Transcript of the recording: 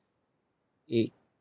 it